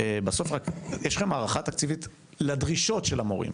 יש לכם הערכה תקציבית לדרישות של המורים?